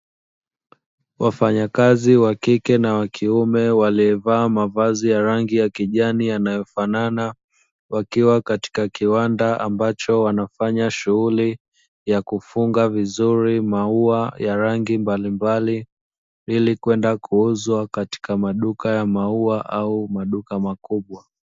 Wafanyakazi wa kike na kiume, waliovaa mavazi ya rangi ya kijani yanayofanana, wakiwa katika kiwanda ambacho wanafanya shughuli yakufunga vizuri maua ya rangi mbalimbali, ilikwenda kuuzwa katika maduka ya maua au maduka makubwa.